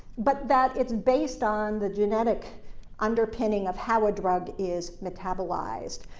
but that it's based on the genetic underpinning of how a drug is metabolized.